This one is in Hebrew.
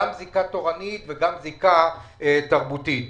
גם זיקה תורנית וגם זיקה תרבותית.